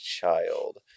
child